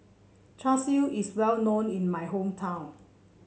Char Siu is well known in my hometown